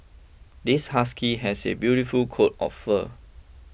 this husky has a beautiful coat of fur